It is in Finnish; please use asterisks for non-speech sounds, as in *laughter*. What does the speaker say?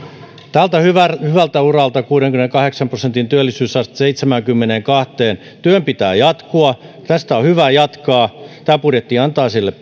tältä hyvältä hyvältä uralta kuudenkymmenenkahdeksan prosentin työllisyysaste seitsemäänkymmeneenkahteen työn pitää jatkua tästä on hyvä jatkaa tämä budjetti antaa sille *unintelligible*